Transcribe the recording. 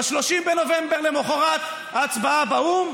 ב-30 בנובמבר, למוחרת ההצבעה באו"ם,